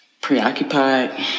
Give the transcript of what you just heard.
preoccupied